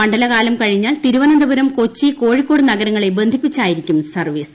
മണ്ഡലകാലം കഴിഞ്ഞാൽ തിരുവനന്തപുരം കൊച്ചി കോഴിക്കോട് നഗരങ്ങളെ ബന്ധിപ്പിച്ചായിരിക്കും സർവ്വീസ്